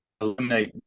eliminate